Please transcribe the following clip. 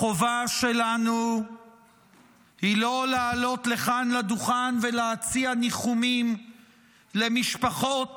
החובה שלנו היא לא לעלות כאן לדוכן ולהציע ניחומים למשפחות